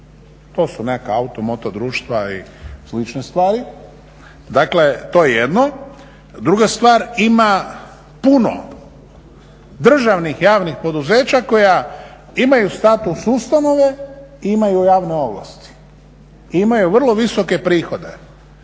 To su nekakva auto-moto društva i slične stvari. Dakle, to je jedno. Druga stvar, ima puno državnih javnih poduzeća koja imaju status ustanove i imaju javne ovlasti i imaju vrlo visoke prihode.